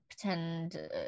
pretend